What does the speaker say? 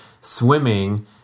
swimming